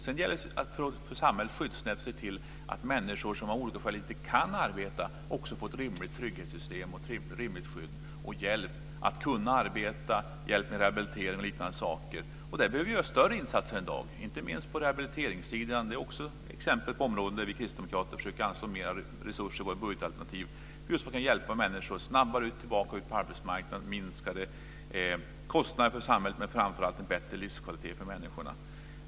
Sedan gäller att samhällets skyddsnät ser till att människor som av olika skäl inte kan arbeta också får ett rimligt trygghetssystem och ett rimligt skydd och hjälp att arbeta, får rehabilitering och liknande. Där behöver vi göra större insatser i dag, inte minst på rehabiliteringssidan. Det är också ett exempel på områden där vi kristdemokrater anslår mera resurser i vårt budgetalternativ just för att hjälpa människor att snabbare komma tillbaka till arbetsmarknaden, minska kostnaderna för samhället men framför allt för att skapa en bättre livskvalitet för människorna.